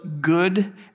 good